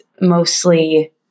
mostly